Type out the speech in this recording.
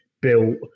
built